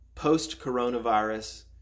post-coronavirus